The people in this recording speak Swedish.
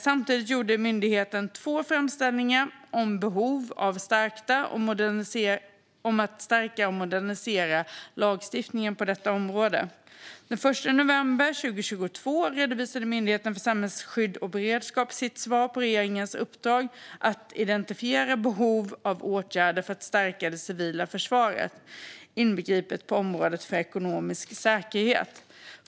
Samtidigt gjorde myndigheten två framställningar om behov av att stärka och modernisera lagstiftningen på detta område. Den 1 november 2022 redovisade Myndigheten för samhällsskydd och beredskap sitt svar på regeringens uppdrag att identifiera behov av åtgärder för att stärka det civila försvaret, inbegripet på området ekonomisk säkerhet.